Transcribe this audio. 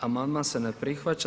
Amandman se ne prihvaća.